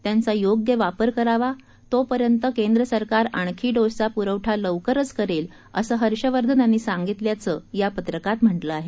त्यांचा योग्य वापर करावा तोपर्यंत केंद्र सरकार आणखी डोसचा पुरवठा लवकरच करणार आहे असं हर्षवर्धन यांनी सांगितल्याचं या पत्रकात म्हटलं आहे